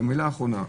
מילה אחרונה.